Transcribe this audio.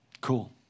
cool